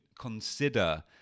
consider